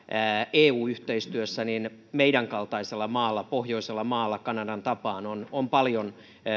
eu yhteistyössä meidän kaltaisella maalla pohjoisella maalla kanadan tapaan on paljon